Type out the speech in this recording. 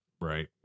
right